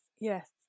yes